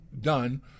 done